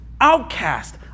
outcast